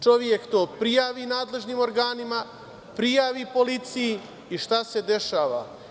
Čovek to prijavi nadležnim organima, prijavi policiji i šta se dešava?